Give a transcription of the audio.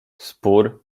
spór